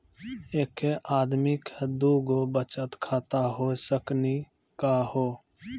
एके आदमी के दू गो बचत खाता हो सकनी का हो?